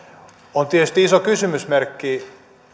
on tietysti iso kysymysmerkki